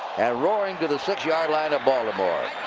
and roaring to the six yard line of baltimore.